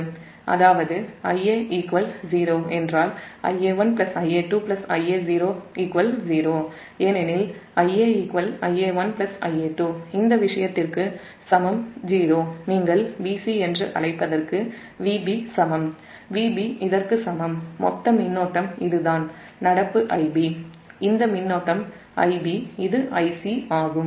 அதாவது Ia 0 என்றால் Ia1 Ia2 Ia0 0 ஏனெனில் Ia Ia1 Ia2 இந்த விஷயத்திற்கு 0 சமம்நீங்கள் Vc என்று அழைப்பதற்கு Vb சமம் மொத்த மின்னோட்டம் Ib இந்த மின்னோட்டம் Ib இது Ic ஆகும்